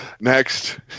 next